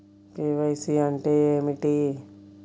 KYC అంటే ఏమిటి?